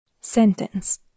Sentence